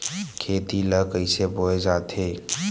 खेती ला कइसे बोय जाथे?